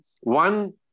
one